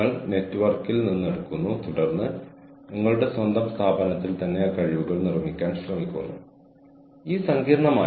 നിങ്ങൾക്കറിയാമോ നമ്മൾ ചെയ്യുന്നത് ശരിയാണെന്ന് സ്വയം ഓർമ്മിപ്പിക്കാൻ ഇത് ഞങ്ങളെ സഹായിക്കുന്നു